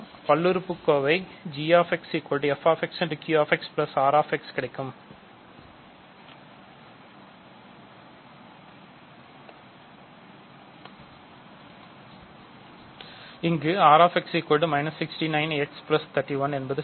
பல்லுறுப்புக்கோவை g 69 x 31 சரி